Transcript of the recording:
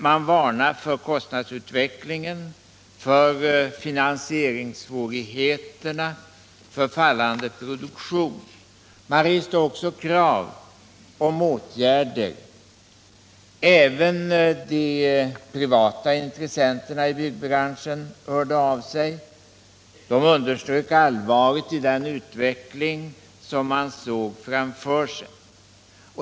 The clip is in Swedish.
Man varnade för kostnadsutvecklingen, för finansieringssvårigheterna och för fallande — Nr 41 produktion. Man reste också krav på åtgärder. Även de privata intres Onsdagen den senterna i byggbranschen hörde av sig. De underströk allvaret i den ut 7 december 1977 veckling man såg framför sig.